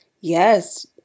Yes